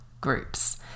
groups